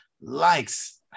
likes